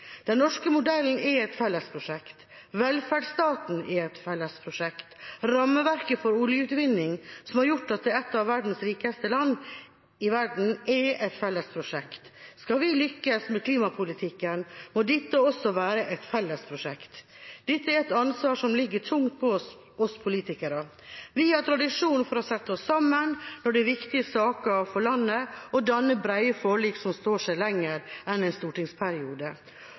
Den norske modellen er et fellesprosjekt. Velferdsstaten er et fellesprosjekt. Rammeverket for oljeutvinning, som har gjort oss til et av verdens rikeste land, er et fellesprosjekt. Skal vi lykkes med klimapolitikken, må også det være et fellesprosjekt. Dette er et ansvar som ligger tungt på oss politikere. Vi har tradisjon for å sette oss sammen når det er viktige saker for landet, og danne brede forlik som står seg lenger enn en stortingsperiode.